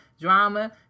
drama